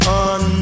on